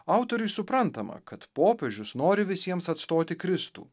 autoriui suprantama kad popiežius nori visiems atstoti kristų